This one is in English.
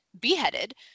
beheaded